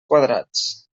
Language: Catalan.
quadrats